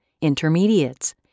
intermediates